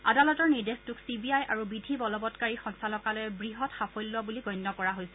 আদালতৰ নিৰ্দেশটোক C B I আৰু বিধি বলৱৎকাৰী সঞ্চালকালয়ৰ বৃহৎ সাফল্য বুলি গণ্য কৰা হৈছে